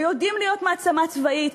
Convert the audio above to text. ויודעים להיות מעצמה צבאית,